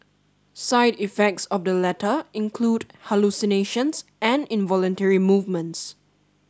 side effects of the latter include hallucinations and involuntary movements